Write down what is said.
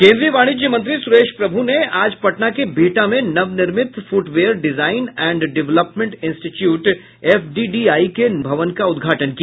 केन्द्रीय वाणिज्य मंत्री सुरेश प्रभु ने आज पटना के बिहटा में नवनिर्मित footwear design and development institute FDDI के भवन का उद्घाटन किया